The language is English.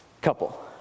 Couple